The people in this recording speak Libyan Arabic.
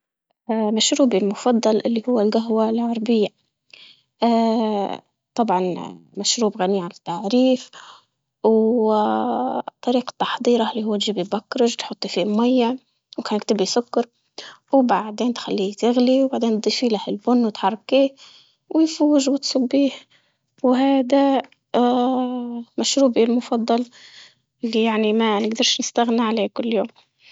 اه مشروبي المفضل اللي هو القهوة العربية، اه طبعا اه مشروب غني عن التعريف واه طريقة تحضيره اللي هو جيب البكرز تحطي فيه مية، ممكن تكتبي سكر وبعدين تخليه تغلي وبعدين تشيله البن وتحركيه، ويفوز وتصب وهدا اه محروقي المفضل اللي يعني ما نقدرش نستغنى عليه كل يوم.